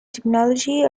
technology